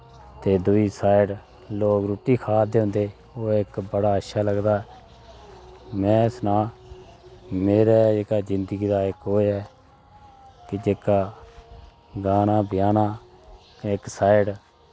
ते दूई साईड लोग रुट्टी खा दे होंदे ओह् इक्क बड़ा अच्छा लगदा नैं सनांऽ मेरा जेह्का जिंदगी दा ओह् ऐ कि जेह्का गाना बजाना इक साईड